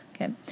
Okay